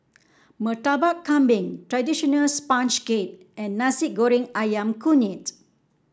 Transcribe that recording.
Murtabak Kambing traditional sponge cake and Nasi Goreng ayam kunyit